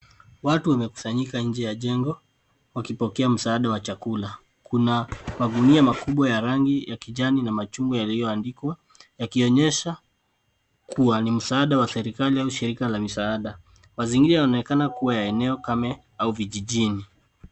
Watu wamekusanyika nje ya jengo, wakipokea msaada wa chakula. Kuna magunia makubwa ya rangi ya kijani na machungwa yaliyoandikwa kuwa ni msaada wa serikali au shirika la misaada. Mazingira yaonekana kuwa ya eneo kame au vijijini.